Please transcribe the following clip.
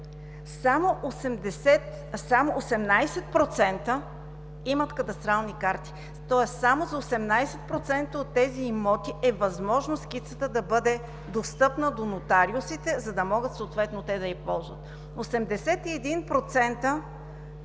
само 18% имат кадастрални карти, тоест само за 18% от тези имоти е възможно скицата да бъде достъпна до нотариусите, за да могат съответно те да я ползват, 81%